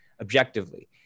objectively